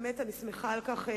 באמת אני שמחה על כך,